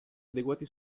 adeguati